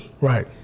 Right